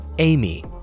Amy